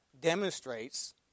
demonstrates